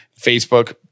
Facebook